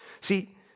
See